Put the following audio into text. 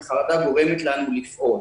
כי החרדה גורמת לנו לפעול.